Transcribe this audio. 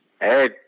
Hey